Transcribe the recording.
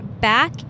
back